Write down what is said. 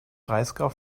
breisgau